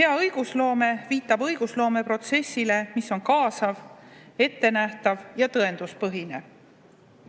Hea õigusloome viitab õigusloomeprotsessile, mis on kaasav, ettenähtav ja tõenduspõhine.